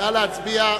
סעיף 1